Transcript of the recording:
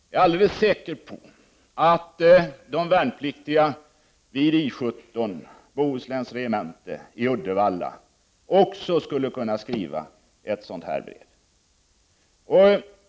Jag är alldeles säker på att de värnpliktiga vid I 17, Bohusläns regemente i Uddevalla, även skulle kunna skriva ett sådant här brev.